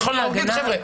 צריך להגיד: חבר'ה,